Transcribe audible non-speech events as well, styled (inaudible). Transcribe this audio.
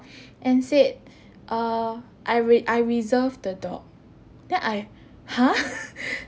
and said err I re~ I reserve the dog then I !huh! (laughs)